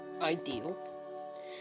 ideal